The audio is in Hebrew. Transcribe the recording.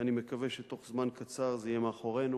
ואני מקווה שבתוך זמן קצר זה יהיה מאחורינו.